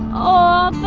aww,